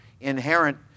inherent